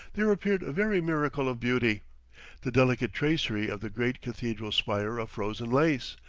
there appeared a very miracle of beauty the delicate tracery of the great cathedral's spire of frozen lace,